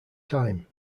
time